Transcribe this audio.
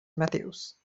matthews